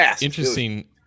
interesting